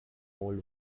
old